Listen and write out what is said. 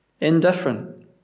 Indifferent